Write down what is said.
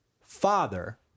father